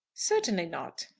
certainly not.